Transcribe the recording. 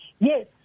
Yes